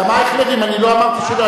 גם אייכלרים, אני לא אמרתי שלא.